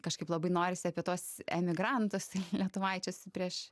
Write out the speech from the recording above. kažkaip labai norisi apie tuos emigrantus lietuvaičius prieš